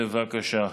בבקשה.